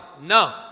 No